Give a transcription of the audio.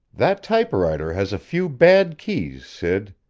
that typewriter has a few bad keys, sid.